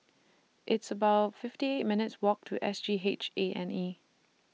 It's about fifty eight minutes' Walk to S G H A and E